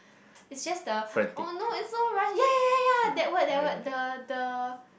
it's just the oh no it's so rush ya ya ya ya that word that word the the